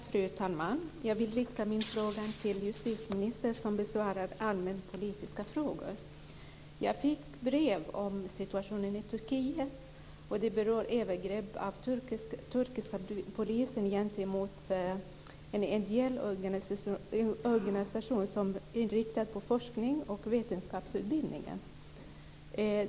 Fru talman! Jag vill rikta min fråga till justitieministern, som besvarar allmänpolitiska frågor. Jag fick brev om situationen i Turkiet, och det berör övergrepp av den turkiska polisen gentemot en ideell organisation som är inriktad på forsknings och vetenskapsutbildning.